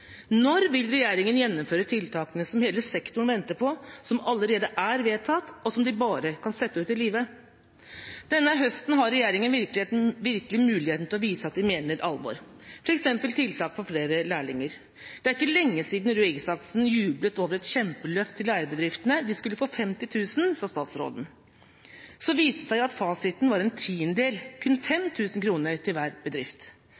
Når vil regjeringa gjennomføre tiltakene som hele sektoren venter på, som allerede er vedtatt, og som den bare kan sette ut i livet? Denne høsten har regjeringa virkelig muligheten til å vise at de mener alvor, f.eks. med tanke på tiltak for flere lærlinger. Det er ikke lenge siden Røe Isaksen jublet over et kjempeløft til lærebedriftene. De skulle få 50 000 kr, sa statsråden. Så viste det seg at fasiten var en tiendedel, kun 5 000 kr til hver bedrift.